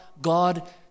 God